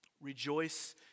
rejoice